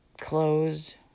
clothes